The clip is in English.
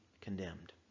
condemned